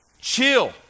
chill